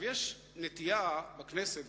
יש נטייה בכנסת,